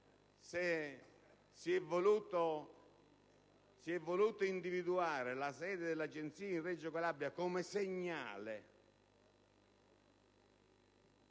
se si è voluto individuare la sede dell'Agenzia a Reggio Calabria come segnale